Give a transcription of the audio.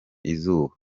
izuba